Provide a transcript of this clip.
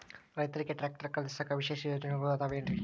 ರೈತರಿಗೆ ಟ್ರ್ಯಾಕ್ಟರ್ ಖರೇದಿಸಾಕ ವಿಶೇಷ ಯೋಜನೆಗಳು ಅದಾವೇನ್ರಿ?